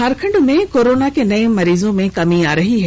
झारखंड में कोरोना के नये मरीजों में कमी आ रही है